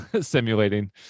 simulating